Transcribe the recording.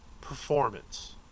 performance